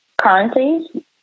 currencies